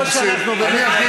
או שאנחנו באמת,